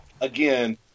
again